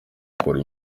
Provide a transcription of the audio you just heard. bakora